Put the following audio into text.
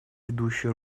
ведущую